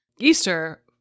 Easter